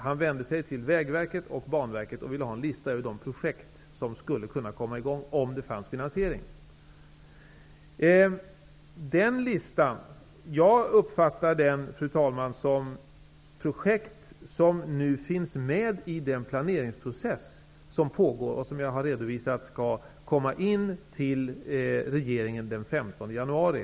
Han vände sig till Vägverket och Banverket och ville ha en lista över de projekt som skulle kunna komma i gång om det fanns möjligheter till finansiering. Jag uppfattar den listan, fru talman, som en samling projekt som nu finns med i den planeringsprocess som pågår och som skall redovisas för regeringen den 15 januari.